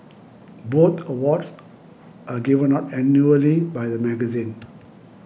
both awards are given out annually by the magazine